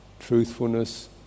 Truthfulness